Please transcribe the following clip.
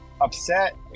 upset